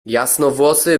jasnowłosy